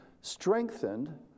strengthened